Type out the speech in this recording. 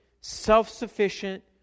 self-sufficient